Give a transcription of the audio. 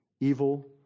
evil